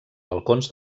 balcons